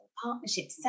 partnership